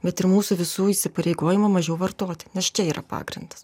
bet ir mūsų visų įsipareigojimų mažiau vartoti nes čia yra pagrindas